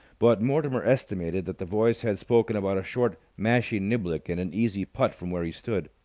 but mortimer estimated that the voice had spoken about a short mashie-niblick and an easy putt from where he stood.